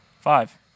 Five